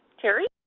terry.